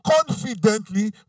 confidently